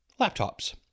laptops